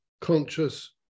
conscious